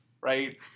right